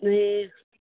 ए